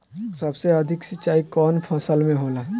सबसे अधिक सिंचाई कवन फसल में होला?